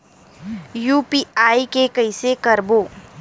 UPI के कइसे करबो?